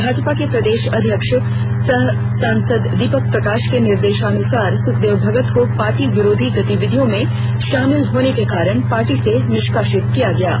भाजपा के प्रदेश अध्यक्ष सह सांसद दीपक प्रकाश के निर्देशनुशार सुखदेव भगत को पार्टी विरोधी गतिविधियों में शामिल होने के कारण पार्टी से निष्कासित किया गया है